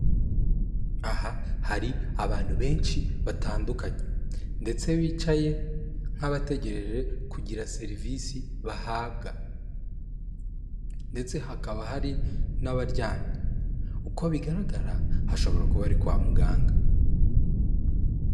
Aha hari abantu benshi batandukanye, ndetse bicaye nk'abategereje kugira serivisi bahabwa, ndetse hakaba hari n'abaryamye uko bigaragara hashobora kuba ari kwa muganga.